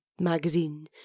magazine